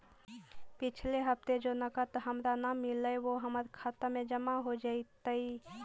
पिछले हफ्ते जो नकद हमारा न मिललइ वो आज हमर खता में जमा हो जतई